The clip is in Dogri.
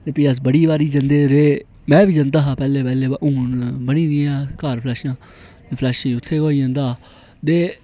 फिह् अस बड़ी बारी जंदे रेह् में बी जंदा हा पैहलें पैहलें हून बनी दियां घर फलेशां ते फलैश उत्थै गेै होई जंदा